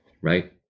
right